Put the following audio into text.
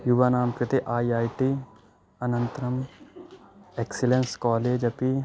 यूनां कृते I I T अनन्तरम् एक्सलेन्स् कालेज् अपि